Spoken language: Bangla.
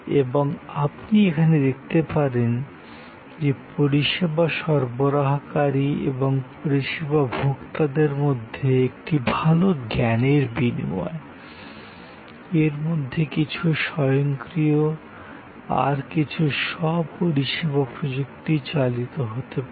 এবং আপনি এখানে দেখতে পারেন যে পরিষেবা সরবরাহকারী এবং পরিষেবা ভোক্তাদের মধ্যে একটি ভাল জ্ঞানের বিনিময় এর মধ্যে কিছু স্বয়ংক্রিয় আর কিছু স্ব পরিষেবা প্রযুক্তি চালিত হতে পারে